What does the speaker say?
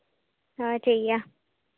ᱦᱮᱸ ᱴᱷᱤᱠ ᱜᱮᱭᱟ